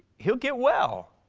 he will get well.